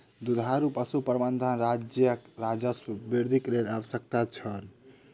दुधारू पशु प्रबंधन राज्यक राजस्व वृद्धिक लेल आवश्यक छल